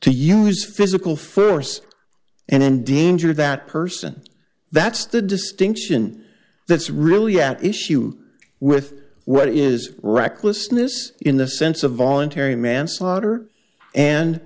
use physical force and endanger that person that's the distinction that's really at issue with what is recklessness in the sense of voluntary manslaughter and